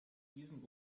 diesem